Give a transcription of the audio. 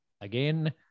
again